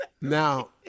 Now